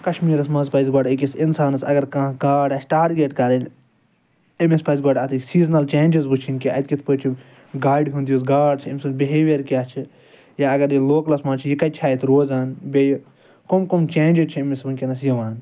کشمیٖرَس مَنٛز پَزِ گۄڈٕ أکِس اِنسانَس اگر کانٛہہ گاڈ آسہِ ٹارگیٚٹ کَرٕنۍ امس پَزِ گۄڈٕ اتک سیٖزنَل چینٛجس وٕچھٕن کہ اتہ کِتھ پٲٹھۍ چھ گاڈٕ ہُنٛد یُس گاڈ چھِ امہ سُنٛد بِہیٚویر کیاہ چھ یا اگر یہِ لوکلَس مَنٛز چھِ یہِ کَتہِ چھِ روزان بیٚیہِ کم کم چینٛجس چھِ أمس وٕنکیٚنَس یِوان